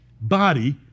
body